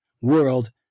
world